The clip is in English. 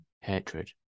Hatred